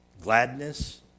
gladness